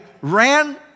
ran